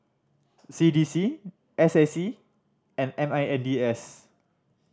C D C S A C and M I N D S